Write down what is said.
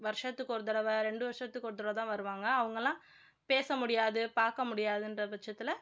வருஷத்துக்கு ஒரு தடவை ரெண்டு வருஷத்துக்கு ஒரு தடவை தான் வருவாங்க அவங்கள்லாம் பேச முடியாது பார்க்க முடியாதுன்ற பட்சத்தில்